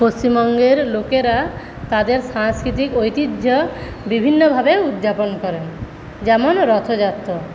পশ্চিমবঙ্গের লোকেরা তাদের সাংস্কৃতিক ঐতিহ্য বিভিন্নভাবে উদযাপন করেন যেমন রথযাত্রা